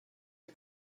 are